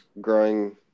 growing